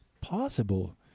possible